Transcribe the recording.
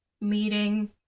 meeting